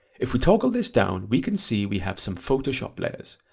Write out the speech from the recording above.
if we toggle this down we can see we have some photoshop layers,